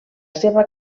seua